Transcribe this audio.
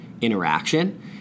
interaction